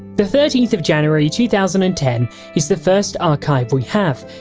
the thirteenth of janurary two thousand and ten is the first archive we have,